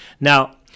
Now